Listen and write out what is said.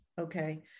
okay